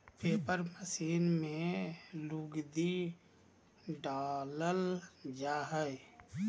paper machine में लुगदी डालल जा हय